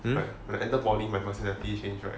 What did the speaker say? like when I enter poly my personality change right